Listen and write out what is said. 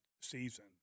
season